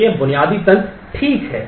तो यह बुनियादी तंत्र ठीक है